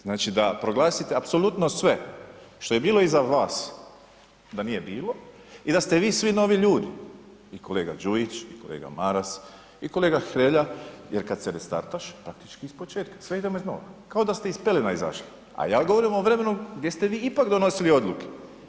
Znači, da proglasite apsolutno sve što je bilo i za vas da nije bilo i da ste vi svi novi ljudi i kolega Đujić i kolega Maras i kolega Hrelja jer kad se restartaš praktički ispočetka, sve idemo iz nova, kao da ste iz pelena izašli, a ja govorim o vremenu gdje ste vi ipak donosili odluke.